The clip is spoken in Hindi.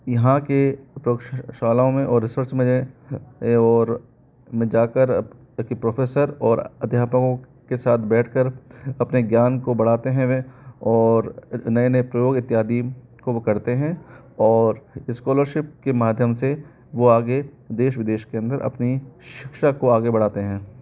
यहाँ के प्रयोग श शालाओं में और रिसर्च में और में जाकर के प्रोफ़ेसर और अध्यापकों के साथ बैठकर अपने ज्ञान को बढ़ाते हैं वे और नए नए प्रयोग इत्यादि को वो करते हैं और इस्कॉलरशिप के माध्यम से वो आगे देश विदेश के अंदर अपनी शिक्षा को आगे बढ़ाते हैं